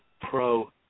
pro